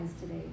today